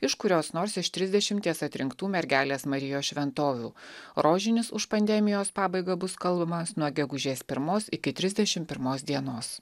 iš kurios nors iš trisdešimties atrinktų mergelės marijos šventovių rožinis už pandemijos pabaigą bus kalbamas nuo gegužės pirmos iki trisdešimt pirmos dienos